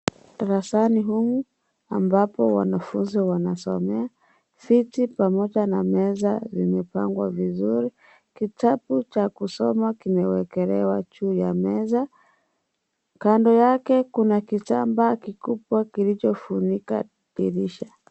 Darasani humu ambapo wanafunzi wanasomea, viti pamoja na meza vimepangwa vizuri, kitabu cha kusoma kimewekelewa juu ya meza, kando yake kuna kitambaa kikubwa kilichofunika dirisha.